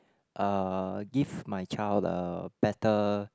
uh give my child a better